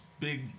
big